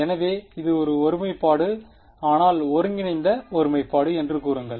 எனவே இது ஒரு ஒருமைப்பாடு ஆனால் ஒருங்கிணைந்த ஒருமைப்பாடு என்று கூறுங்கள்